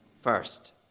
first